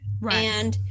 Right